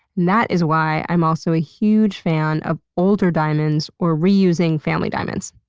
that is why i'm also a huge fan of older diamonds or reusing family diamonds.